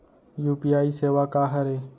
UPI सेवा का हरे?